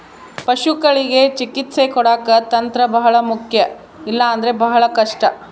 ಪಶುಗಳಿಗೆ ಚಿಕಿತ್ಸೆ ಕೊಡಾಕ ತಂತ್ರ ಬಹಳ ಮುಖ್ಯ ಇಲ್ಲ ಅಂದ್ರೆ ಬಹಳ ಕಷ್ಟ